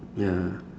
ya